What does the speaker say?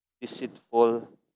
deceitful